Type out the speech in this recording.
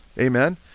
Amen